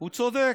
הוא צודק.